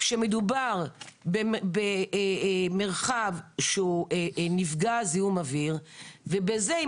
שמדובר במרחב שהוא מפגע זיהום אוויר ובזה היא